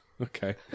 Okay